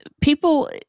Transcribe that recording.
people